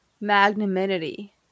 magnanimity